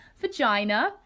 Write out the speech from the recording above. vagina